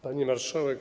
Pani Marszałek!